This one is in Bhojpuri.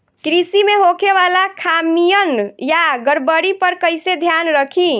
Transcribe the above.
कृषि में होखे वाला खामियन या गड़बड़ी पर कइसे ध्यान रखि?